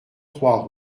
trois